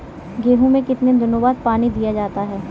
गेहूँ में कितने दिनों बाद पानी दिया जाता है?